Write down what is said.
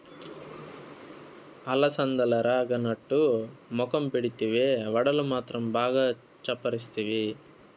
అలసందలెరగనట్టు మొఖం పెడితివే, వడలు మాత్రం బాగా చప్పరిస్తివి